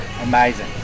Amazing